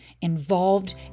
involved